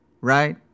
right